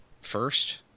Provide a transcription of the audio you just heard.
first